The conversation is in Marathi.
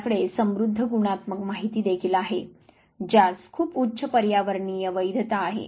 आपल्याकडे समृद्ध गुणात्मक माहिती देखील आहे ज्यास खूप उच्च पर्यावरणीय वैधता आहे